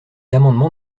amendement